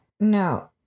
no